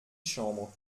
chambre